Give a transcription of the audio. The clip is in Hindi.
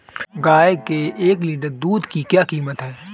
गाय के एक लीटर दूध की क्या कीमत है?